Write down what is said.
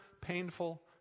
painful